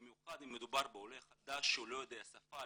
במיוחד אם המדובר בעולה חדש שהוא לא יודע את השפה,